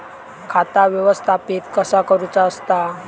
खाता व्यवस्थापित कसा करुचा असता?